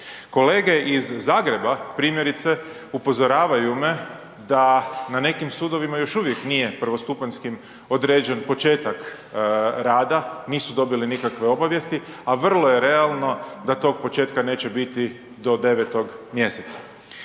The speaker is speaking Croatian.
Kolege iz Zagreba primjerice upozoravaju me da na nekim sudovima prvostupanjskim još uvijek nije određen početak rada, nisu dobili nikakve obavijesti, a vrlo je realno da tog početka neće biti do 9.mjeseca.